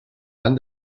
han